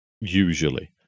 usually